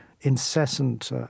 incessant